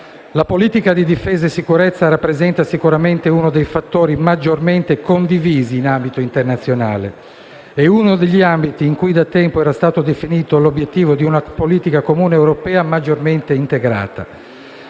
La politica di difesa e sicurezza rappresenta sicuramente uno dei fattori maggiormente condivisi in ambito internazionale e uno degli ambiti in cui da tempo era stato definito l'obiettivo di una politica comune europea maggiormente integrata,